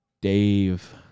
Dave